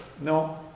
no